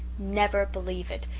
never believe it.